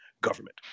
government